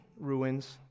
ruins